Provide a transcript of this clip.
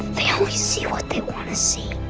they only see what they want to see.